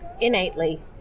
innately